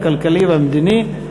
הכלכלי והמדיני,